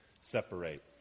separate